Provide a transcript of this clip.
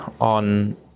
on